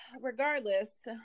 regardless